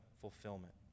fulfillment